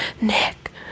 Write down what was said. Nick